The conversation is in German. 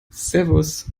servus